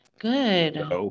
Good